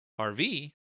RV